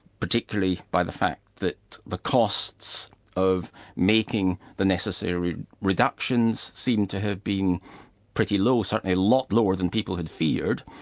particularly by the fact that the costs of making the necessary reductions, seem to have been pretty low. certainly a lot lower than people had feared.